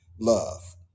love